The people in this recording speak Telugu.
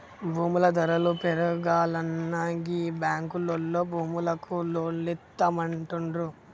భూముల ధరలు పెరుగాల్ననా గీ బాంకులోల్లు భూములకు లోన్లిత్తమంటుండ్రు